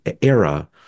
era